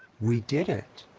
we did it.